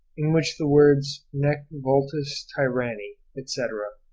in which the words nec vultus tyranni, etc,